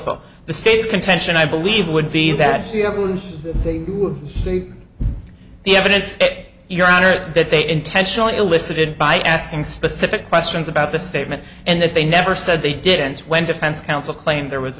l the state's contention i believe would be that you have the evidence that your honor that they intentionally elicited by asking specific questions about the statement and that they never said they didn't when defense counsel claimed there was a